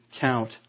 count